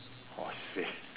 !wahseh!